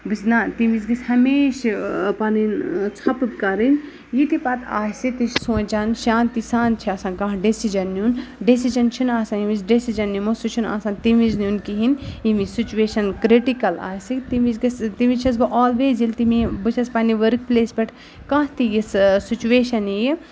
بہٕ چھَس نہ تمہِ وِز گژھِ ہمیشہِ پَنٕںۍ ژھۄپہٕ کَرٕنۍ یہِ تہِ پَتہٕ آسہِ تہِ چھِ سونٛچان شانتی سان چھِ آسان کانٛہہ ڈٮ۪سِجَن نیُن ڈٮ۪سِجَن چھُنہٕ آسان ییٚمہِ وِزِ ڈٮ۪سِجَن نِمو سُہ چھِنہٕ آسان تمہِ وِز نیُن کِہیٖنۍ ییٚمہِ وِز سُچویشَن کِرٛٹِکَل آسہِ تمہِ وِز گژھِ تمہِ وِز چھَس بہٕ آلویز ییٚلہِ تہِ مےٚ یہِ بہٕ چھَس پںٛںہِ ؤرٕک پٕلیس پٮ۪ٹھ کانٛہہ تہِ یِژھ سُچویشَن ییہِ یہِ